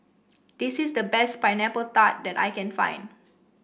this is the best Pineapple Tart that I can find